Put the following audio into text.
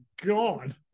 god